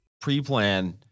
Pre-plan